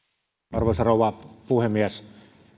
arvoisa rouva puhemies